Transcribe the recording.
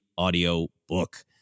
audiobook